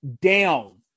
down